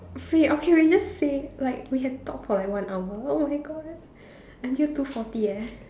free okay we just say like we can talk for like one hour oh-my-God until two forty eh